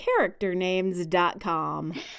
characternames.com